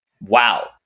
wow